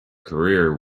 career